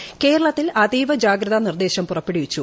ക്ട്രള്ത്തിൽ അതീവ ജാഗ്രതാ നിർദ്ദേശം പുറപ്പെടുവിച്ചു